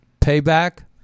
payback